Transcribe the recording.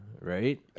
right